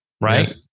right